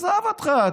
עזוב אותך,